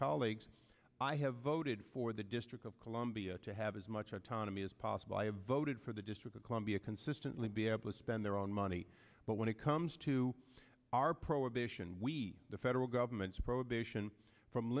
colleagues i have voted for the district of columbia to have as much autonomy as possible i have voted for the district of columbia consistently be able to spend their own money but when it comes to our prohibition we the federal government's prohibition from